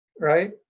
right